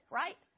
right